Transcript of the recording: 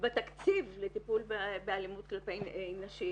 ובתקציב לטיפול באלימות כלפי נשים